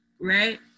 right